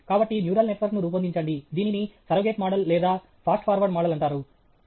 కాబట్టి న్యూరల్ నెట్వర్క్ను రూపొందించండి దీనిని సర్రోగేట్ మోడల్ లేదా ఫాస్ట్ ఫార్వర్డ్ మోడల్ అంటారు